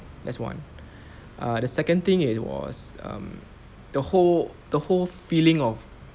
that's one err the second thing it was um the whole the whole feeling of